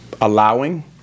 allowing